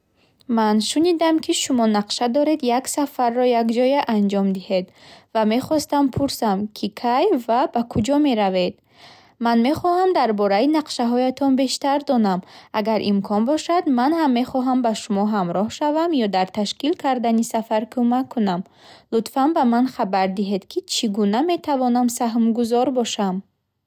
Ман шунидам, ки шумо нақша доред як сафарро якҷоя анҷом диҳед, ва мехостам пурсам, ки кай ва ба куҷо меравед? Ман мехоҳам дар бораи нақшаҳоятон бештар донам. Агар имкон бошад, ман ҳам мехоҳам ба шумо ҳамроҳ шавам ё дар ташкил кардани сафар кӯмак кунам. Лутфан ба ман хабар диҳед, ки чӣ гуна метавонам саҳмгузор бошам.